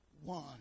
one